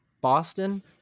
Boston